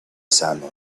sano